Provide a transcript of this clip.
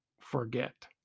forget